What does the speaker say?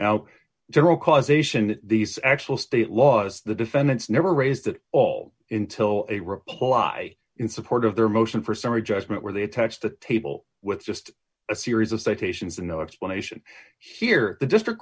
now general causation that these actual state laws the defendants never raised at all intil a reply in support of their motion for summary judgment where they attached the table with just a series of citations and no explanation here the district